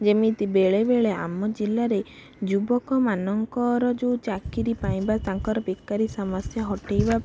ଯେମିତି ବେଳେବେଳେ ଆମ ଜିଲ୍ଲାରେ ଯୁବକମାନଙ୍କର ଯେଉଁ ଚାକିରୀ ପାଇବା ତାଙ୍କର ବେକାରୀ ସମସ୍ୟା ହଟାଇବା ପାଇଁ